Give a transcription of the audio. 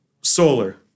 solar